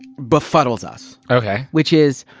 befuddles us okay which is,